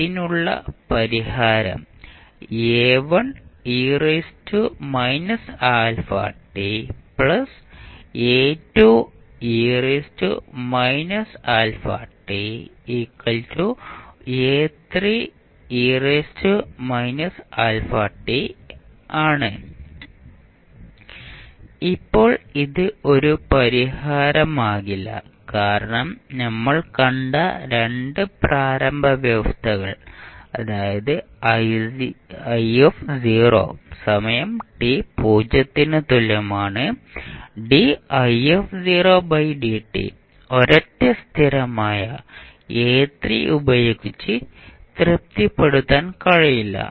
ഇതിനുള്ള പരിഹാരം ആണ് ഇപ്പോൾ ഇത് ഒരു പരിഹാരമാകില്ല കാരണം നമ്മൾ കണ്ട 2 പ്രാരംഭ വ്യവസ്ഥകൾ അതായത് i സമയത്ത് t 0 ന് തുല്യമാണ് didt ഒരൊറ്റ സ്ഥിരമായ A3 ഉപയോഗിച്ച് തൃപ്തിപ്പെടുത്താൻ കഴിയില്ല